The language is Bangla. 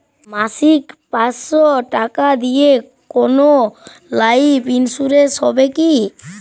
মাসিক পাঁচশো টাকা দিয়ে কোনো লাইফ ইন্সুরেন্স হবে কি?